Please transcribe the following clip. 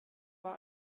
war